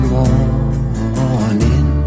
morning